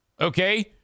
Okay